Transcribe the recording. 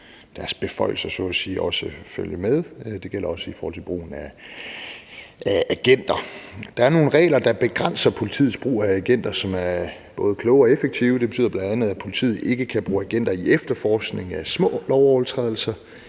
sige, også følge med, og det gælder også i forhold til brug af agenter. Der er nogle regler, der begrænser politiets brug af agenter, som er både kloge og effektive, og det betyder bl.a., at politiet ikke kan bruge agenter i efterforskningen af små lovovertrædelser,